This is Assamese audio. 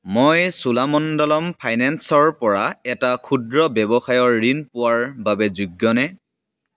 মই চোলামণ্ডলম ফাইনেন্সৰ পৰা এটা ক্ষুদ্ৰ ৱ্যৱসায়ৰ ঋণ পোৱাৰ বাবে যোগ্যনে